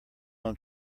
own